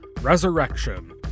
Resurrection